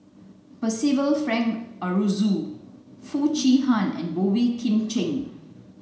Percival Frank Aroozoo Foo Chee Han and Boey Kim Cheng